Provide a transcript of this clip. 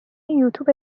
یوتوب